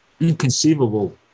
inconceivable